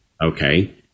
okay